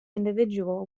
individual